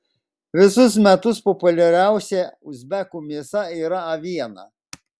visus metus populiariausia uzbekų mėsa yra aviena